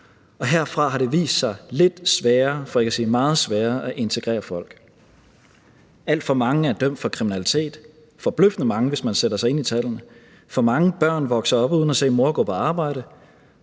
– for ikke at sige meget sværere – at integrere folk. Alt for mange er dømt for kriminalitet, forbløffende mange, hvis man sætter sig ind i tallene. For mange børn vokser op uden at se mor gå på arbejde.